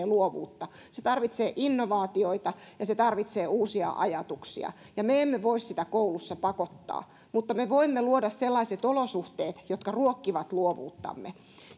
luovuutta ja se tarvitsee innovaatioita ja se tarvitsee uusia ajatuksia ja me emme voi sitä koulussa pakottaa mutta me voimme luoda sellaiset olosuhteet jotka ruokkivat luovuuttamme